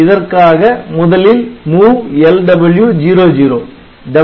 இதற்காக முதலில் MOVLW 00